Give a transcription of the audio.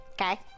okay